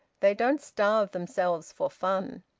they don't starve themselves for fun.